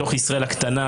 לתוך ישראל הקטנה,